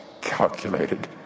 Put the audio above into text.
calculated